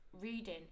reading